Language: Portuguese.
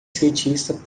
skatista